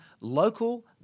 Local